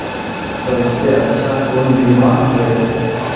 सबसे अच्छा कुन बिमा होय?